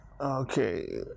okay